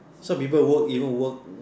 some people work even work